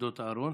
מתולדות אהרן,